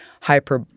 hyper